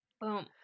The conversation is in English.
Boom